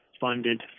funded